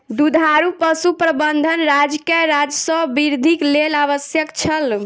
दुधारू पशु प्रबंधन राज्यक राजस्व वृद्धिक लेल आवश्यक छल